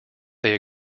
they